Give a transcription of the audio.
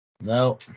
No